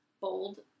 bold